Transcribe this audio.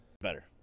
Better